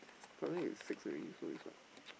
for me it's six already so it's like